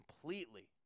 completely